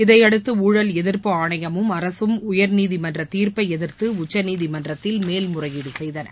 இதைபடுத்து ஊழல் எதிர்ப்பு ஆணையமும் அரசும் உயர்நீதிமன்ற தீர்ப்பை எதிர்த்து உச்சநீதிமன்றத்தில் மேல்முறையீடு செய்தன